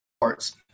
parts